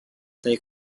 they